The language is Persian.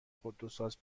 خودروساز